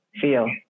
feel